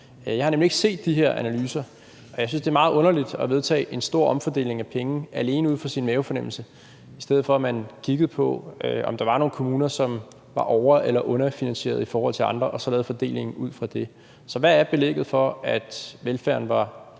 Jeg har nemlig ikke set de her analyser, og jeg synes, det er meget underligt at vedtage en stor omfordeling af penge alene ud fra sin mavefornemmelse, i stedet for at man kiggede på, om der var nogle kommuner, som var over- eller underfinansierede i forhold til andre, og så lave fordelingen ud fra det. Så hvad er belægget for at sige, at velfærden var